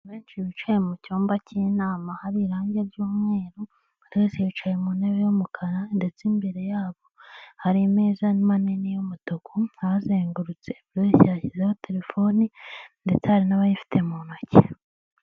Benshi bicaye mu cyumba cy'inama hari irange ry'umweru, buri wese yicaye mu ntebe y'umukara ndetse imbere yabo hari imeza manini y'umutuku ahazengurutse, buri wese yashyizeho terefoni ndetse hari n'abayifite mu ntoki.